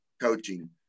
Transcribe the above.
coaching